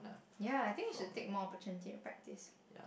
ya I think you should take more opportunity and practise